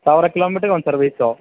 ಸಾವಿರ ಕಿಲೋಮೀಟರ್ಗೆ ಒಂದು ಸರ್ವೀಸು